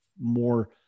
more